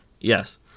Yes